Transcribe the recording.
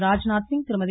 Rajnath Singh Thirumathi